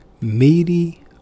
Meaty